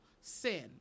sin